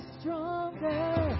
stronger